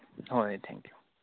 ꯍꯣꯏ thank U